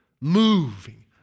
moving